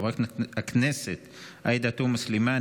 חברת הכנסת עאידה תומא סלימאן,